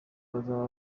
bazaba